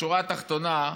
בשורה התחתונה,